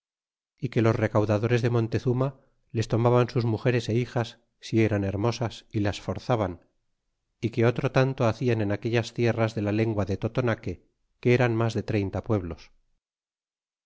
y que los recaudadores de montezuma les tomaban sus mugeres é hijas si eran hermosas y las forzaban y que otro tanto hacian en aquellas tierras de la lengua de totonaque que eran mas de treinta pueblos